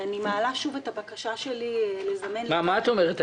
אני מעלה שוב את הבקשה שלי לזמן לכאן --- מה את אומרת,